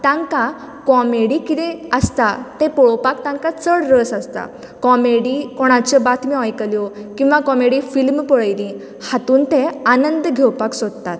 comedy कितेंय आसता तें पळोपाक तांकां चड रस आसता कॉमेडी कोणाच्यो बातम्यो आयकल्यो किंवा कॉमेडी फिल्म पळयलीं हातूंन ते आनंद घेवपा सोदतात